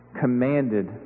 commanded